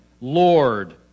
Lord